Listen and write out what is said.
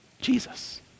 Jesus